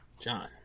John